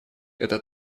этот